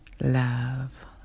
love